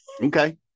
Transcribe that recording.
Okay